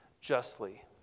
justly